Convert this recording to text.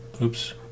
Oops